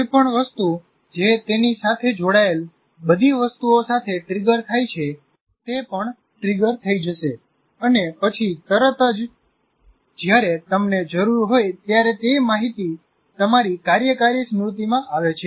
કોઈપણ વસ્તુ જે તેની સાથે જોડાયેલ બધી વસ્તુઓ સાથે ટ્રિગર થાય છે તે પણ ટ્રિગર થઈ જશે અને પછી તરત જ જ્યારે તમને જરૂર હોય ત્યારે તે માહિતી તમારી કાર્યકારી સ્મૃતિ માં આવે છે